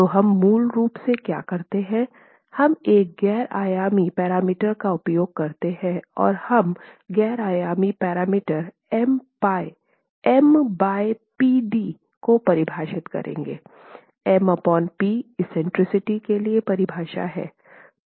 तो हम मूल रूप से क्या करते हैं हम एक गैर आयामी पैरामीटर का उपयोग करते हैं और हम गैर आयामी पैरामीटर M Pd को परिभाषित करेंगे M P एक्सेंट्रिसिटी के लिए परिभाषा हैं